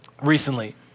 recently